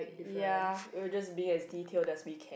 ya we will just be as detailed as we can